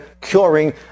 curing